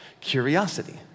curiosity